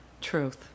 Truth